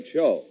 Show